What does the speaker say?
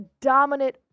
dominant